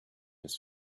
his